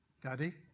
Daddy